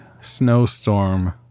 snowstorm